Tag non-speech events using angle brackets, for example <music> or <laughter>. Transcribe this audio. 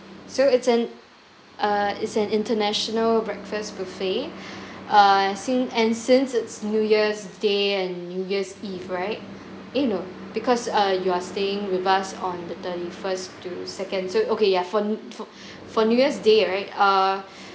so it's an err is an international breakfast buffet <breath> err since and since it's new year's day and new year's eve right eh no because uh you are staying with us on the thirty first to second so okay yeah for for for new year's day right err